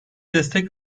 destek